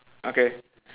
okay